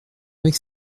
avec